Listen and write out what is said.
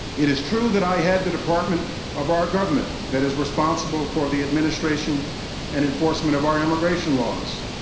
it is true that i head the department of our government that is responsible for the administration and enforcement of our immigration laws.